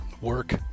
work